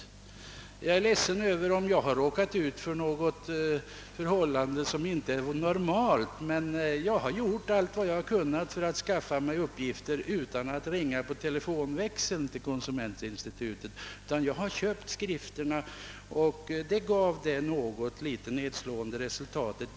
Jag är ledsen om jag har råkat ut för något som inte är normalt, men jag har gjort allt vad jag har kunnat för att skaffa mig uppgifter utan att telefonera till konsumentinstitutet; jag har köpt skrifterna och det gav detta något nedslående resultat.